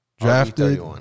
drafted